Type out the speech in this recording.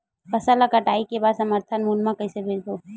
फसल कटाई के बाद समर्थन मूल्य मा कइसे बेचबो?